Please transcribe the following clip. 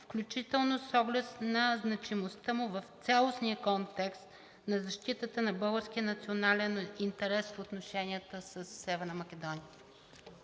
включително с оглед на значимостта му в цялостния контекст на защитата на българския национален интерес в отношенията със Северна Македония.